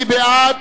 מי בעד?